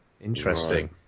interesting